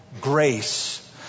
grace